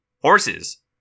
Horses